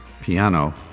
piano